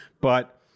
but-